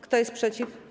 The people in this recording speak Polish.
Kto jest przeciw?